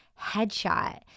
headshot